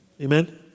Amen